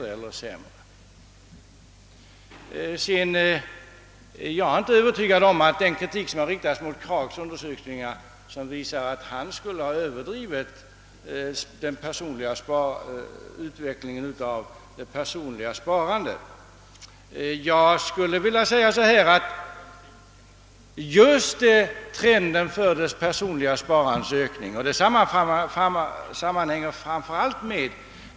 Jag är inte övertygad om det berättigade i den kritik som har riktats mot Kraghs undersökningar för att han skulle ha överdrivit utvecklingen av det personliga sparandet.